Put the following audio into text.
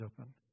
open